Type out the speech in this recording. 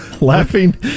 laughing